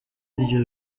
iryo